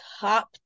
top